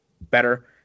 better